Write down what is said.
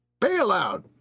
bailout